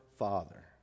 Father